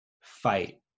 fight